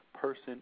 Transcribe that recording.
Person